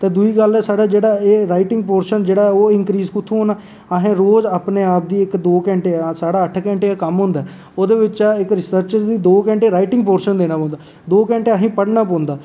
ते दूई गल्ल ऐ एह् साढ़ा राइटिंग पोर्शन जेह्ड़ा ओह् इन्क्रीज कुत्थूं होना असें रोज़ अपने आप गी इक्क दौं घैंटे साढ़ा अट्ठ घैंटे दा कम्म होंदा ऐ ते ओह्दे बिच्चा इक रिसर्चर गी इक्क दौं घैंटे राइटिंग पोर्शन देना पौंदा ऐ दौ घैंटे असेंगी पढ़ना पौंदा ऐ